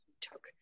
took